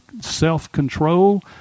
self-control